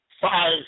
five